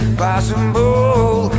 possible